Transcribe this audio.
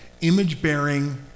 image-bearing